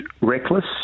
reckless